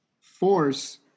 force